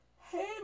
Hey